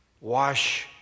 Wash